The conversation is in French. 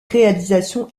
réalisation